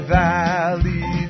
valley